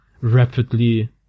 rapidly